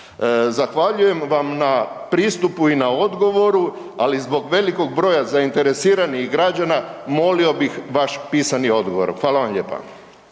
Zahvaljujem vam na pristupu i na odgovoru, ali zbog velikog broja zainteresiranih građana molio bih vaš pisani odgovor. Hvala vam lijepa.